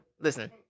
listen